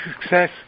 success